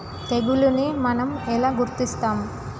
తెగులుని మనం ఎలా గుర్తిస్తాము?